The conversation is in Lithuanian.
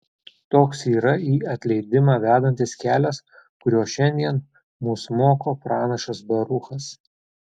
toks yra į atleidimą vedantis kelias kurio šiandien mus moko pranašas baruchas